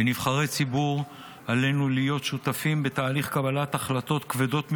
כנבחרי ציבור עלינו להיות שותפים בתהליך קבלת החלטות כבדות משקל,